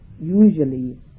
usually